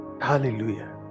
Hallelujah